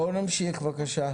בואו נמשיך בבקשה,